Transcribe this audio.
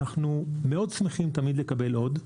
אנחנו מאוד שמחים תמיד לקבל עוד.